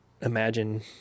imagine